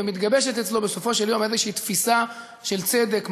ומתגבשת אצלו בסופו של דבר איזו תפיסה של צדק,